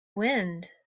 wind